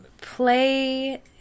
play